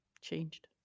changed